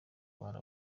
bari